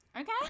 okay